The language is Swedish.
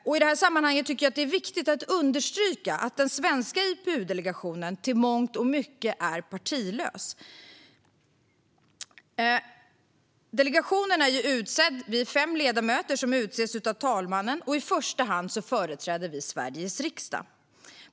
I detta sammanhang är det viktigt att understryka att den svenska IPUdelegationen till mångt och mycket är partilös. Delegationens fem ledamöter utses av talmannen och företräder i första hand Sveriges riksdag.